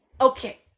Okay